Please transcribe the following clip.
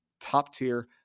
top-tier